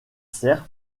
cerf